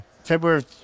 February